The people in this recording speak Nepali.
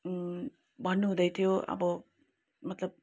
भन्नुहुँदैथ्यो अब मतलब